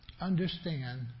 understand